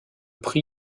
titre